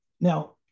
Now